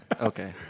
okay